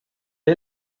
est